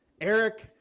Eric